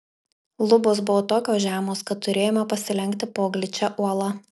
lubos buvo tokios žemos kad turėjome pasilenkti po gličia uola